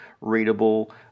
readable